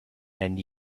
and